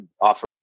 offer